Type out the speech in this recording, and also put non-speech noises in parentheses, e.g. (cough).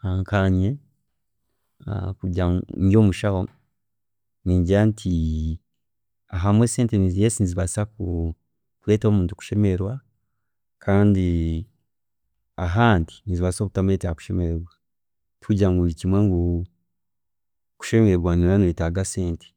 ﻿Nkaanye (hesitation) kugira ngu ndi omushaho, ningira nti ahamwe sente yes nizibaasa kureetera omuntu kushemererwa kandi ahandi nizibaasa kutamureetera kushemererwa tikugira ngu buri kimwe kushemererwa nooba noyetaaga sente